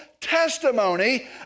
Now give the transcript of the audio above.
testimony